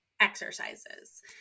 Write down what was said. exercises